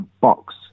box